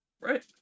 Right